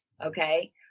Okay